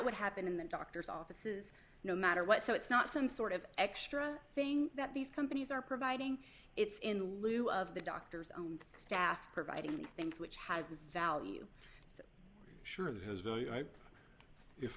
would happen in the doctor's offices no matter what so it's not some sort of extra thing that these companies are providing it's in lieu of the doctor's own staff providing these things which has a value surely has value i if